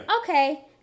Okay